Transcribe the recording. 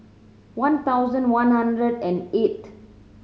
one thousand one hundred and eighth